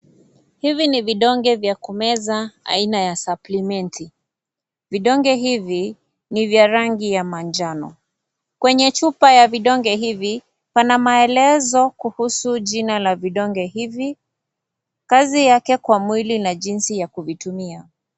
Hivi ni vidonge vya kumeza aina ya suplimenti. Vidonge hivi ni vya rangi ya manjano, kwenye chupa ya vindoge hivi pana maelezo kuhusu jina la vidonge hivi kazi yake kwa mwili na jinsi ya kivitumia.